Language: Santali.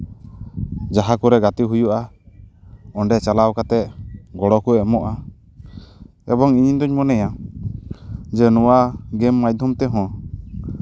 ᱡᱟᱦᱟᱸ ᱠᱚᱨᱮᱫ ᱜᱟᱛᱮ ᱦᱩᱭᱩᱜᱼᱟ ᱚᱰᱮ ᱪᱟᱞᱟᱣ ᱠᱟᱛᱮᱫ ᱜᱚᱲᱚ ᱠᱚ ᱮᱢᱚᱜᱼᱟ ᱮᱵᱚᱝ ᱤᱧ ᱫᱩᱧ ᱢᱚᱱᱮᱭᱟ ᱡᱮ ᱱᱚᱣᱟ ᱜᱮᱢ ᱢᱟᱫᱽᱫᱷᱚᱢ ᱛᱮᱦᱚᱸ